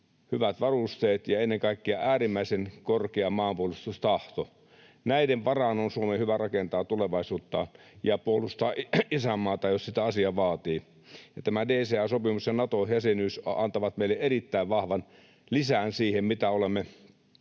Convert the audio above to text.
hyvät varusteet ja ennen kaikkea äärimmäisen korkea maanpuolustustahto — näiden varaan on Suomen hyvä rakentaa tulevaisuutta ja puolustaa isänmaata, jos sitä asia vaatii. Tämä DCA-sopimus ja Nato-jäsenyys antavat meille erittäin vahvan lisän siihen, mitä olemme